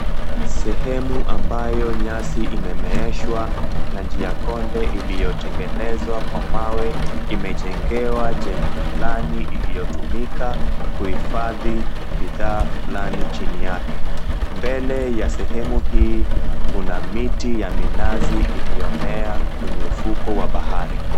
Sehemu ambayo nyasi imemesehwa na njia konde iliyotengenezwa kwa mawe, imejengewa jengo fulani lililotumika kuhifadhi bidhaa fulani. Chini yake, mbele ya sehemu hii, kuna miti ya minazi iliyomea kwenye ufukwe wa bahari.